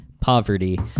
poverty